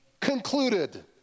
Concluded